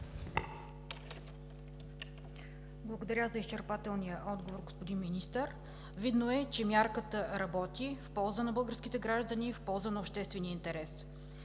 Благодаря за изчерпателния отговор, господин Министър. Видно е, че мярката работи в полза на българските граждани, в полза на обществения интерес.